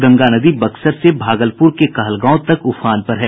गंगा नदी बक्सर से भागलपुर के कहलगांव तक उफान पर है